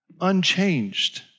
Unchanged